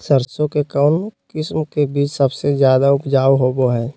सरसों के कौन किस्म के बीच सबसे ज्यादा उपजाऊ होबो हय?